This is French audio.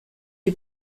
les